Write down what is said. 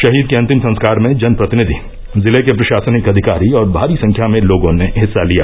शहीद के अन्तिम संस्कार में जनप्रतिनिधि जिले के प्रशासनिक अधिकारी और भारी संख्या में लोगों ने भाग लिया